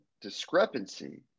discrepancy